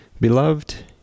Beloved